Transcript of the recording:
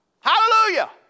Hallelujah